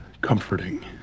comforting